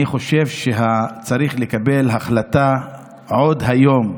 אני חושב שצריך לקבל החלטה עוד היום,